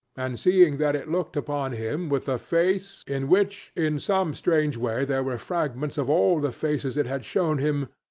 and seeing that it looked upon him with a face, in which in some strange way there were fragments of all the faces it had shown him,